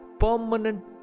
Permanent